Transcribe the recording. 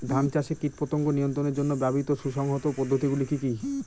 ধান চাষে কীটপতঙ্গ নিয়ন্ত্রণের জন্য ব্যবহৃত সুসংহত পদ্ধতিগুলি কি কি?